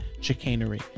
Chicanery